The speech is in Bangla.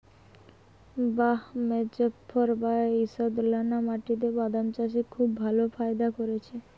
বাঃ মোজফ্ফর এবার ঈষৎলোনা মাটিতে বাদাম চাষে খুব ভালো ফায়দা করেছে